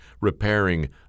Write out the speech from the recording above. repairing